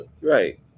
Right